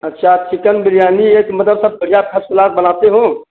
अच्छा चिकन बिरयानी है तो मतलब सब बढ़िया फर्स्ट क्लास बनाते हो